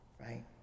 right